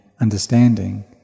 understanding